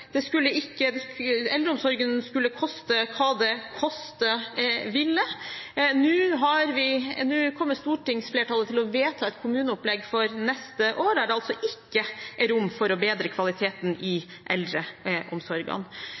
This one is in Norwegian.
eldreomsorgen skulle koste hva det koste ville. Nå kommer stortingsflertallet til å vedta et kommuneopplegg for neste år der det altså ikke er rom for å bedre kvaliteten i